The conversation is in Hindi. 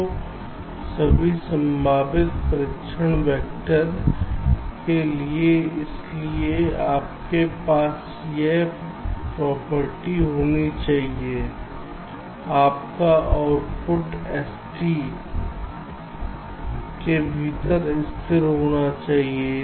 तो सभी संभावित परीक्षण वैक्टर के लिए इसलिए आपके पास यह प्रॉपर्टीहोनी चाहिए आपका आउटपुट S के भीतर स्थिर होना चाहिए